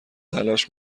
تلاش